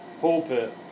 pulpit